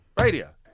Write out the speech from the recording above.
Radio